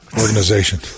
organization